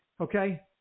Okay